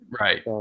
Right